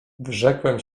wyrzekłem